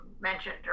mentioned